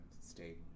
State